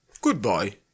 Goodbye